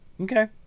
Okay